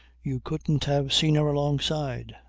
you couldn't have seen her alongside.